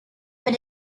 but